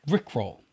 Rickroll